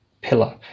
pillar